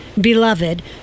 beloved